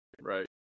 Right